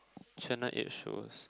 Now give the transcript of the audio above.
channel eight shows